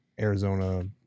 Arizona